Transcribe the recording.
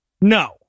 No